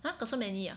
!huh! got so many uh